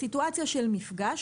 בסיטואציה של מפגש,